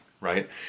right